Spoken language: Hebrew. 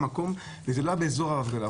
זה לא היה באזור ההפגנה,